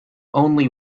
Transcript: only